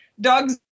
dogs